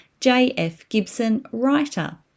JFGibsonwriter